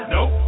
Nope